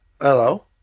Hello